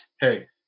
hey